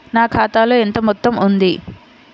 నా ఖాతాలో ఎంత మొత్తం ఉంది?